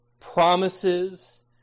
promises